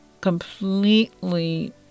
completely